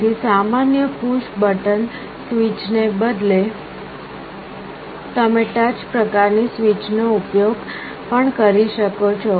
તેથી સામાન્ય push button switch ને બદલે તમે ટચ પ્રકાર ની સ્વીચનો ઉપયોગ પણ કરી શકો છો